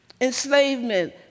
enslavement